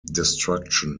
destruction